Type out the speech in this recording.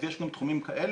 אז יש גם תחומים כאלה.